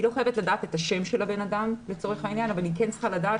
היא לא חייבת לדעת את השם של האדם אבל היא כן צריכה לדעת